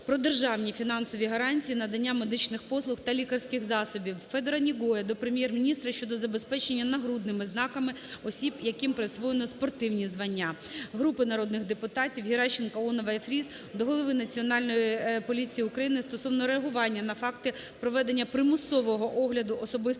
"Про державні фінансові гарантії надання медичних послуг та лікарських засобів". Федора Негоя до Прем'єр-міністра щодо забезпечення нагрудними знаками осіб, яким присвоєно спортивні звання. Групи народних депутатів (Геращенко, Іонової і Фріз) до голови Національної поліції України стосовно реагування на факти проведення примусового огляду особистих